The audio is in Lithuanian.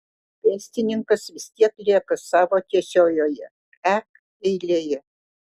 pėstininkas vis tiek lieka savo tiesiojoje e eilėje